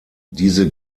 diese